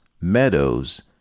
meadows